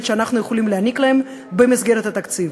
שאנחנו יכולים להעניק להם במסגרת התקציב.